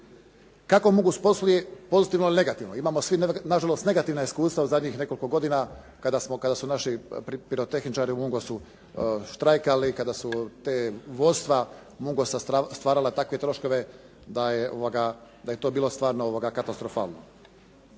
Kako “Mungos“ posluje pozitivno ili negativno? Imamo svi na žalost negativna iskustva u zadnjih nekoliko godina kada su naši pirotehničari u “Mungosu“ štrajkali, kada su ta vodstva “Mungosa“ stvarala takve troškove da je to bilo stvarno katastrofalno.